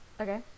Okay